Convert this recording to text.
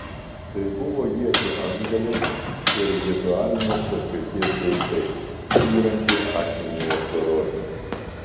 tai buvo iečių antgaliai ir ritualinės paskirties daiktai įrankiai akmeniui apdoroti